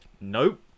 nope